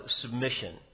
submission